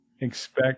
expect